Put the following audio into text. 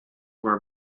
were